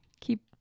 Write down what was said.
keep